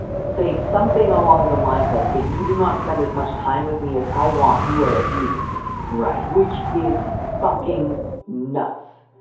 say something along the lines of if you do not spend as much time with me as i want, you are abusing me, right? which is fucking nuts.